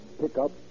pickup